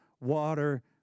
water